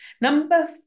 Number